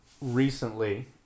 recently